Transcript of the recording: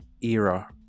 era